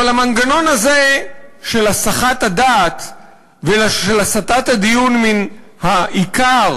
אבל המנגנון הזה של הסחת הדעת ושל הסטת הדיון מהעיקר,